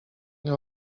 nie